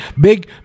big